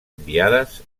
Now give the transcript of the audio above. enviades